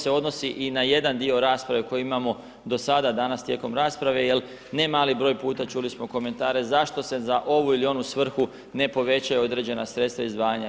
se odnosi i na jedan dio rasprave koji imamo do sada tijekom rasprave jer ne mali broj puta čuli smo komentare zašto se za ovu ili onu svrhu ne povećaju određena sredstva izdvajanja.